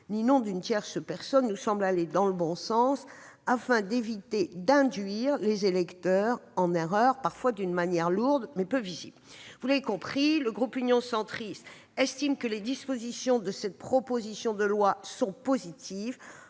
ni nom d'une tierce personne, nous semble aller dans le bon sens, afin d'éviter d'induire les électeurs en erreur, parfois d'une manière lourde, mais peu visible. Vous l'avez compris, le groupe Union Centriste estime que les dispositions de cette proposition de loi sont positives,